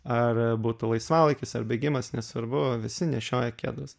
ar būtų laisvalaikis ar bėgimas nesvarbu visi nešioja kedus